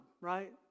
right